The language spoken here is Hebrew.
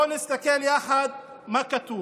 בואו נסתכל ביחד מה כתוב: